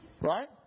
Right